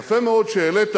יפה מאוד שהעלית